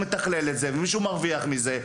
ומתכלל את זה, ומרוויח מזה.